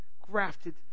Grafted